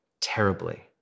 terribly